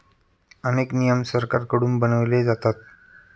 अनेक नियम सरकारकडून बनवले जातात